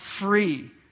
free